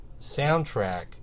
soundtrack